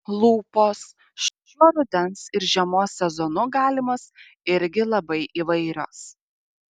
lūpos šiuo rudens ir žiemos sezonu galimos irgi labai įvairios